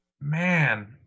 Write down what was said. man